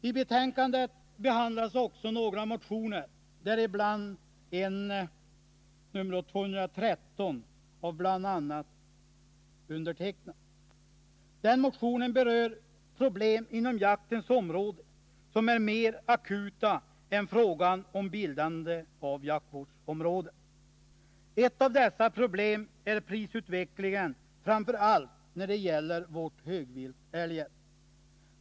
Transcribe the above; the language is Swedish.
I betänkandet behandlas också några motioner, däribland nr 213 av mig och Jörn Svensson. Den motionen berör problem inom jaktens område som är mer akuta än frågan om bildande av jaktvårdsområden. Ett av dessa problem är prisutvecklingen, framför allt när det gäller vårt högvilt älgen.